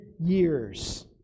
years